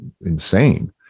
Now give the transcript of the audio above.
insane